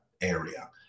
area